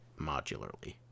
modularly